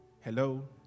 hello